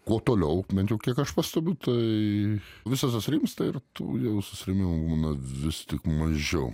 kuo toliau bent jau kiek aš pastebiu tai visas tas rimsta ir tų susirėmimų būna vis mažiau